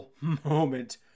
moment